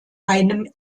einem